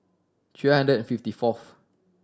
three hundred and fifty fourth